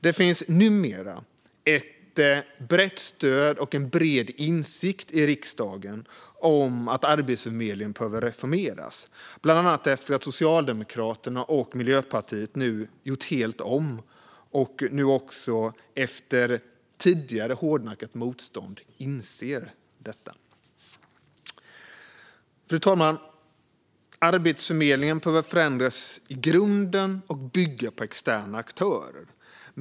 Det finns numera ett brett stöd och en bred insikt i riksdagen om att Arbetsförmedlingen behöver reformeras, bland annat efter att Socialdemokraterna och Miljöpartiet gjort helt om och nu också, efter tidigare hårdnackat motstånd, inser detta. Fru talman! Arbetsförmedlingen behöver förändras i grunden och bygga på externa aktörer.